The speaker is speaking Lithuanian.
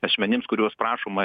asmenims kuriuos prašoma